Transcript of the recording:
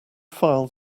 file